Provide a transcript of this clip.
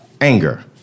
anger